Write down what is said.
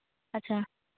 ᱟᱪᱪᱷᱟ